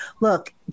look